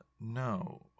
no